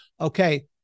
okay